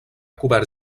cobert